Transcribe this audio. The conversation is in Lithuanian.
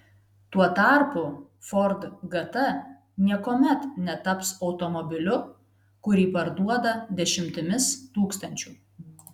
tuo tarpu ford gt niekuomet netaps automobiliu kurį parduoda dešimtimis tūkstančių